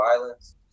violence